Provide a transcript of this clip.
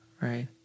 right